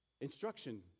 instruction